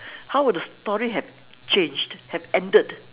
how will the story have changed have ended